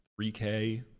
3k